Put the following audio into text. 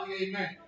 amen